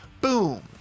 boom